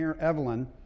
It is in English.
Evelyn